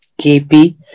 kp